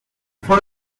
for